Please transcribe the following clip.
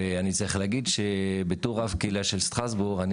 ואני צריך להגיד שבתור רב קהילה של שטרסבורג אני